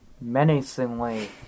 menacingly